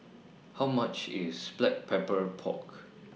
How much IS Black Pepper Pork